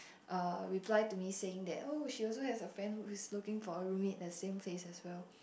uh reply to me saying that oh she also has a friend who is looking for a room mate the same place as well